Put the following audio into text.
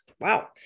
wow